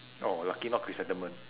oh lucky not chrysanthemum